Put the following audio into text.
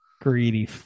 Greedy